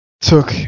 took